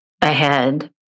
ahead